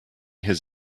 his